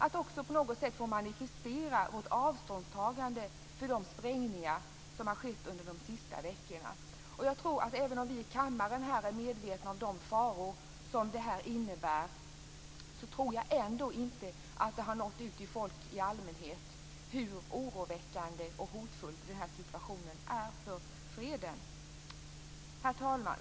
Vi får möjlighet att manifestera vårt avståndstagande från de sprängningar som har skett under de senaste veckorna. Även om vi här i kammaren är medvetna om de faror som de innebär, tror jag inte att det till folk i allmänhet har nått ut hur oroväckande och hotfull den här situationen är för freden. Herr talman!